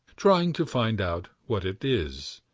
trying to find out what it is,